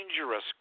dangerous